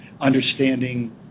understanding